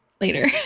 later